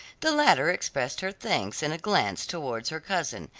the latter expressed her thanks in a glance towards her cousin,